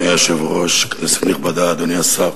אדוני היושב-ראש, כנסת נכבדה, אדוני השר,